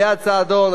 ליאת סעדון,